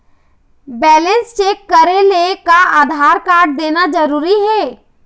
Balance check करेले का Aadhaar card देना जरूरी हे?